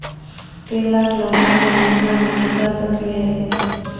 तीन लाख लोनमा को महीना मे चुका सकी हय?